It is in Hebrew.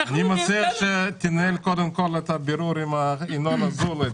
אני מציע שתנהל קודם כל את הבירור עם ינון אזולאי,